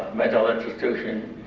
mental institution.